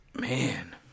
Man